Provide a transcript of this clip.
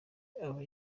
aba